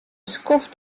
skoft